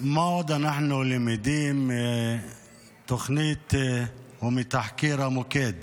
מה עוד אנחנו למדים מתוכנית או תחקיר "המקור"